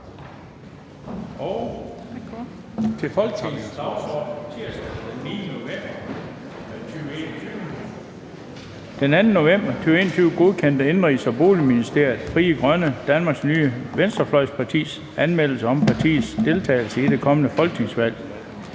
Den 2. november 2021 godkendte Indenrigs- og Boligministeriet »Frie Grønne, Danmarks Nye Venstrefløjsparti«s anmeldelse om partiets deltagelse i det kommende folketingsvalg.